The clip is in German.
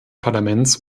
parlaments